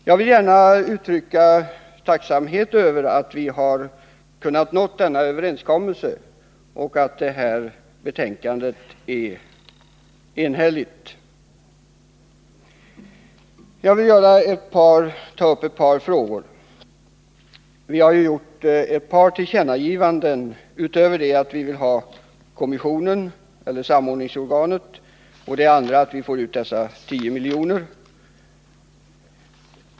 Jag vill gärna uttrycka min tacksamhet över att vi har kunnat nå denna överenskommelse och att det här betänkandet är enhälligt. Jag vill också ta upp ett par andra frågor. Den ena är att vi har gjort ett par tillkännagivanden utöver att vi vill ha kommissionen, eller samordningsorganet, och den andra gäller att vi får ut dessa 10 miljoner.